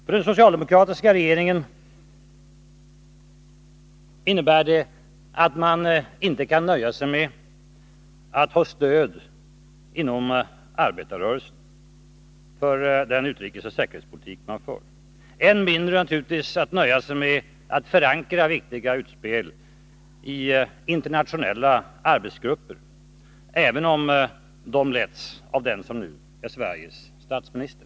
För den socialdemokratiska regeringen innebär det att man inte kan nöja sig med att få stöd inom arbetarrörelsen för den utrikesoch säkerhetspolitik som man för. Regeringen kan naturligtvis än mindre nöja sig med att förankra viktiga utspel i internationella arbetsgrupper, även om de har letts av den som nu är Sveriges statsminister.